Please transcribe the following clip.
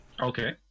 Okay